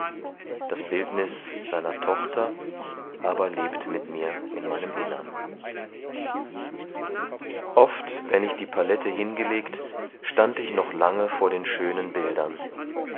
das bildniß seiner tochter aber lebt mit mir in meinem innern oft wenn ich die palette hingelegt stand ich noch lange vor den schönen bildern